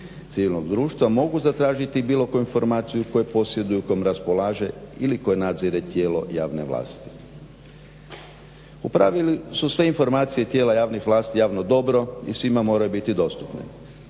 civilnog društva mogu zatražiti bilo koju informaciju koju posjeduje, kojom raspolaže ili koje nadzire tijelo javne vlasti. U pravilu su sve informacije javnih vlasti javno dobro i svima moraju biti dostupne.